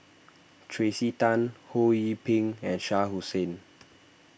Tracey Tan Ho Yee Ping and Shah Hussain